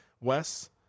Wes